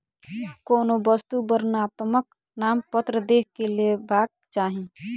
कोनो वस्तु वर्णनात्मक नामपत्र देख के लेबाक चाही